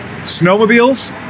snowmobiles